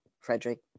Frederick